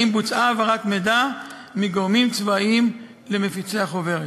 האם בוצעה העברת מידע מגורמים צבאיים למפיצי החוברת.